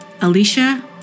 Alicia